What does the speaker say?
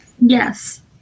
yes